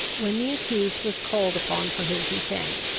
when the accused was called upon for his defence,